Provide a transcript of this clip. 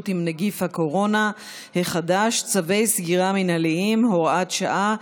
עם נגיף הקורונה החדש (צווי סגירה מינהליים) (הוראת שעה),